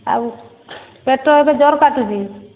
ଆଉ ପେଟ ଏବେ ଜୋର୍ କାଟୁଛି